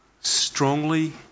strongly